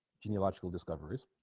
genealogical discoveries